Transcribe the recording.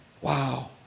Wow